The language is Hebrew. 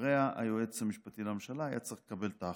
ואחריה היועץ המשפטי לממשלה היה צריך לקבל את ההחלטה.